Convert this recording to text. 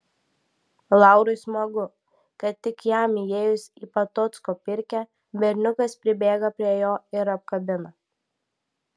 laurui smagu kad tik jam įėjus į patocko pirkią berniukas pribėga prie jo ir apkabina